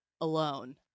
alone